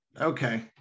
okay